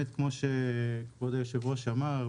כמו שיושב-ראש הוועדה אמר,